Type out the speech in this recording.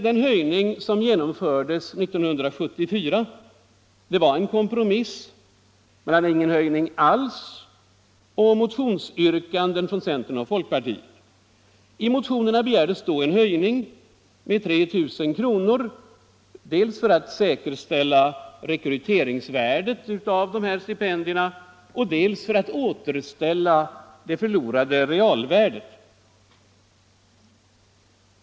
Den höjning som genomfördes 1974 var en kompromiss mellan ingen höjning alls och motionsyrkanden från centern och folkpartiet i vilka begärdes en höjning med 3 000 kr. dels för att säkerställa rekryteringsvärdet av stipendierna, dels för att återställa det förlorade realvärdet.